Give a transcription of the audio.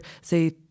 say